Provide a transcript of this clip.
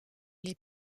les